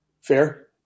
Fair